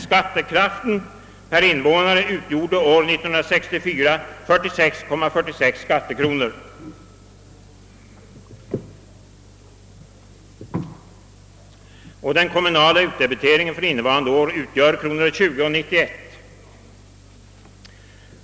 Skattekraften per invånare utgjorde år 1964 46:46 skattekronor och den kommunala utdebiteringen för innevarande år är 20:91.